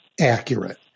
accurate